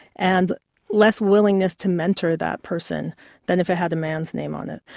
and less willingness to mentor that person than if it had a man's name on it.